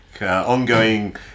ongoing